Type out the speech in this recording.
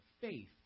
faith